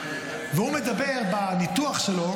והוא מדבר בניתוח שלו,